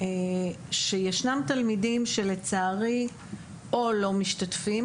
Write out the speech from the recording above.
שישנם תלמידים שלצערי או לא משתתפים